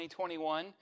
2021